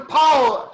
power